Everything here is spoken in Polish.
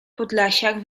podlasiak